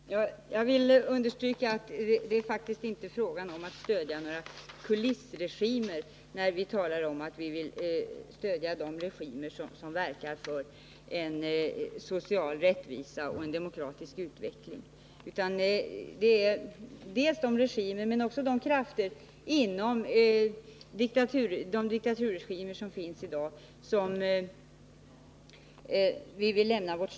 Herr talman! Jag vill understryka att det faktiskt inte är fråga om att stödja några kulissregimer, när vi talar om att vi vill stödja dem som verkar för social rättvisa och en demokratisk utveckling. Vi avser då de demokratiska regimer som finns men också progressiva krafter som verkar i diktaturländerna.